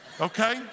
okay